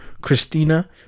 christina